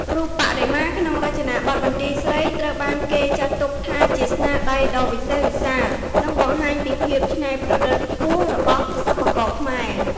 រូបបដិមាក្នុងរចនាបថបន្ទាយស្រីត្រូវបានគេចាត់ទុកថាជាស្នាដៃដ៏វិសេសវិសាល និងបង្ហាញពីភាពច្នៃប្រឌិតខ្ពស់របស់សិល្បករខ្មែរ។